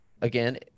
Again